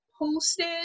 posted